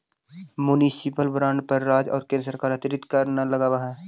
municipal bond पर राज्य या केन्द्र सरकार अतिरिक्त कर न लगावऽ हइ